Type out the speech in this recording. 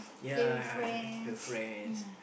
ya girlfriends